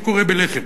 אני קורא בלחם,